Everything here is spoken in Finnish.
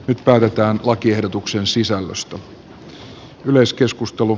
nyt päätetään lakiehdotuksen sisällöstä